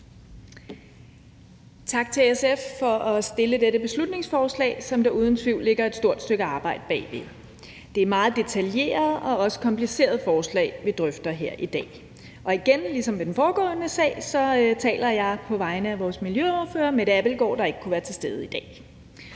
Tak til SF for at fremsætte dette beslutningsforslag, som der uden tvivl ligger et stort stykke arbejde bag. Det er et meget detaljeret og også kompliceret forslag, vi drøfter her i dag. Og igen ligesom ved den foregående sag taler jeg på vegne af vores miljøordfører, Mette Abildgaard, der ikke kan være til stede i dag.